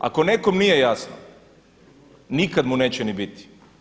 Ako nekom nije jasno, nikad mu neće ni biti.